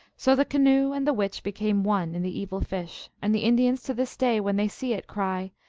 so the canoe and the witch be came one in the evil fish, and the indians to this day when they see it, cry,